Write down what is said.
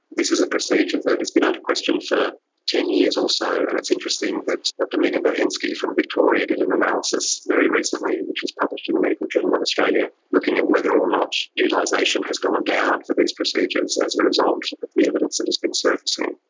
this is a procedure that has been under question for ten years or so, and it's interesting that dr megan bohensky from victoria did an analysis very recently which is published in the medical journal of australia looking at whether or not utilisation has gone down for these procedures as a result of the evidence that has been surfacing.